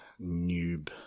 noob